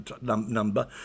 Number